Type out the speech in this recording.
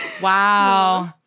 Wow